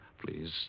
Please